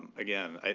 again,